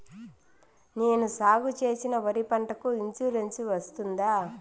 నేను సాగు చేసిన వరి పంటకు ఇన్సూరెన్సు వస్తుందా?